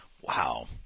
wow